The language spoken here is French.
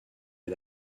est